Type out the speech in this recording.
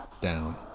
down